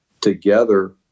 together